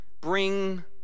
bring